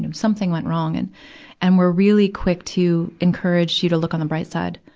um something went wrong. and and we're really quick to encourage you to look on the bright side.